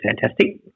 fantastic